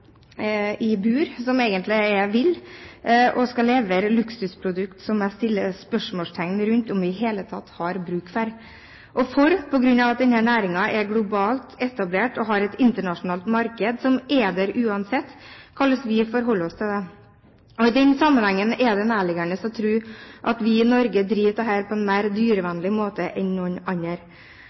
i bur og skal levere luksusprodukter som jeg stiller spørsmål ved om vi i det hele tatt har bruk for, og for, fordi denne næringen er globalt etablert og har et internasjonalt marked som er der, uansett hvordan vi forholder oss til det. I den sammenhengen er det nærliggende å tro at vi i Norge driver dette på en mer dyrevennlig måte enn noen andre.